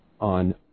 on